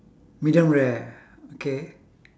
medium rare okay